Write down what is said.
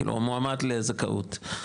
כאילו מועמד לזכאות,